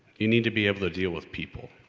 you need to be able to deal with people.